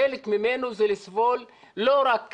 חלק ממנו זה לסבול לא רק